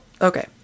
okay